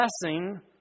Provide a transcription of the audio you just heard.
blessing